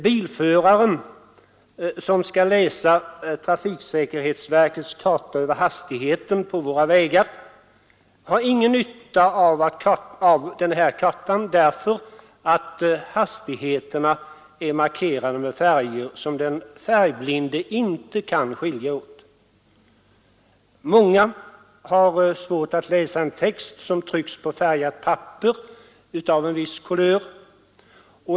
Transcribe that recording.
Bilföraren, som skall läsa trafiksäkerhetsverkets karta över hastigheterna på våra vägar, har ingen nytta av kartan därför att hastigheterna är markerade med färger som den färgblinde inte kan skilja åt. Många har svårt att läsa en text som tryckts på färgat papper av viss kulör.